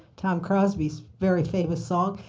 tom crosby's very famous song.